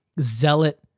zealot